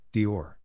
Dior